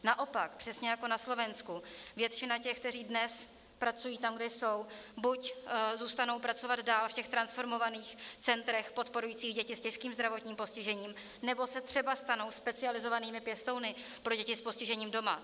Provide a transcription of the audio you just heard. Naopak, přesně jako na Slovensku, většina těch, kteří dnes pracují tam, kde jsou, buď zůstanou pracovat dál v těch transformovaných centrech podporujících děti s těžkým zdravotním postižením, nebo se třeba stanou specializovanými pěstouny pro děti s postižením doma.